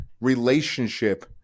relationship